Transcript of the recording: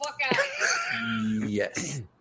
Yes